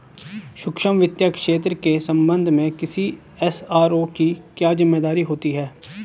सूक्ष्म वित्त क्षेत्र के संबंध में किसी एस.आर.ओ की क्या जिम्मेदारी होती है?